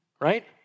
right